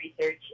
research